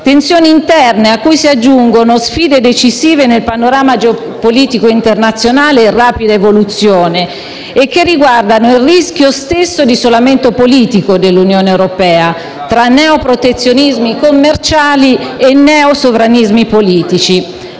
Tensioni interne, cui si aggiungono sfide decisive nel panorama geopolitico internazionale in rapida evoluzione, e che riguardano il rischio stesso di isolamento politico dell'Unione europea, tra neoprotezionismi commerciali e neosovranismi politici.